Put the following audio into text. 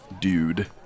dude